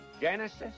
Genesis